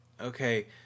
Okay